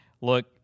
Look